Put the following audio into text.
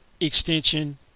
extension